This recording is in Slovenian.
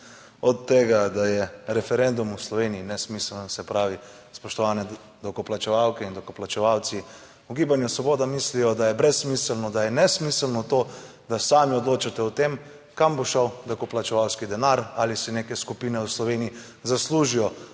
od tega, da je referendum v Sloveniji nesmiseln. Se pravi, spoštovane davkoplačevalke in davkoplačevalci, v Gibanju Svoboda mislijo, da je brezsmiselno, da je nesmiselno to, da sami odločate o tem, kam bo šel davkoplačevalski denar, ali si neke skupine v Sloveniji zaslužijo